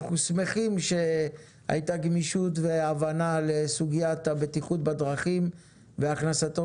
אנחנו שמחים שהייתה גמישות והבנה לסוגיית הבטיחות בדרכים והכנסתו